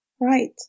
Right